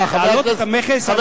להעלות את המכס על דגי אמנון.